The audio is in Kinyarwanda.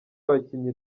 abakinnyi